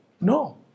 No